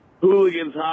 Hooligans